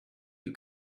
you